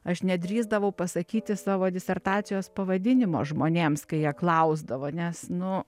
aš nedrįsdavau pasakyti savo disertacijos pavadinimo žmonėms kai jie klausdavo nes nu